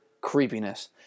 creepiness